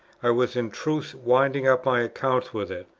i was in truth winding up my accounts with it,